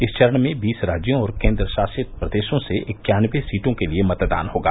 इस चरण में बीस राज्यों और केन्द्र शासित प्रदेशों से इक्यानवे सीटों के लिए मतदान होगा